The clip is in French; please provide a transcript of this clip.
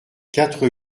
quatre